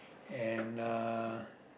and uh